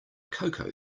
cocoa